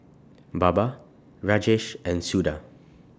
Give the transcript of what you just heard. Baba Rajesh and Suda